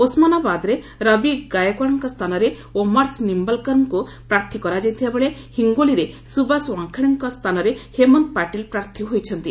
ଓସମାନାବାଦରେ ରବି ଗାୟେକ୍ୱାଡଙ୍କ ସ୍ଥାନରେ ଓମାର୍ସ୍ ନିୟଲକରଙ୍କୁ ପ୍ରାର୍ଥୀ କରାଯାଇଥିବାବେଳେ ହିଙ୍ଗୋଲିରେ ସୁବାସ ୱାଙ୍ଗେଡେଙ୍କ ସ୍ଥାନରେ ହେମନ୍ତ ପାଟିଲ ପ୍ରାର୍ଥୀ ହୋଇଛନ୍ତି